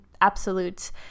absolute